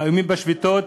האיומים בשביתות,